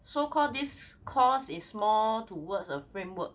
so called this course is more towards a framework